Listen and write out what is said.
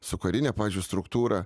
su karine pavyzdžiui struktūra